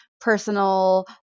personal